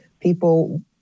People